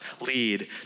lead